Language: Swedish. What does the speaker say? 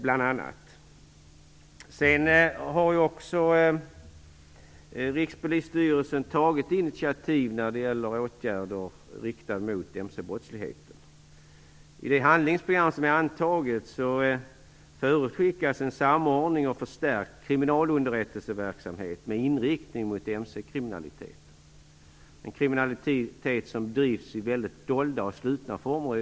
Vidare har Rikspolisstyrelsen tagit initiativ till åtgärder riktade mot mc-brottsligheten. I det handlingsprogram som är antaget förutskickas en samordnad och förstärkt kriminalunderrättelseverksamhet med inriktning på mc-kriminalitet, som i dag bedrivs i mycket dolda och slutna former.